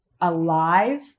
alive